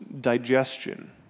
digestion